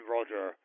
Roger